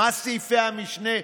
מה סעיפי המשנה?